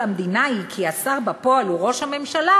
המדינה היא כי השר בפועל הוא ראש הממשלה,